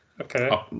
okay